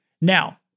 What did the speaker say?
Now